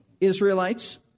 Israelites